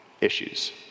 issues